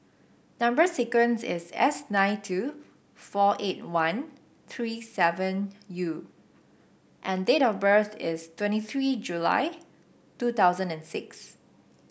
number sequence is S nine two four eight one three seven U and date of birth is twenty three July two thousand and six